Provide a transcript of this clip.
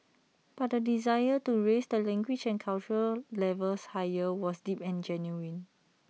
but the desire to raise the language and cultural levels higher was deep and genuine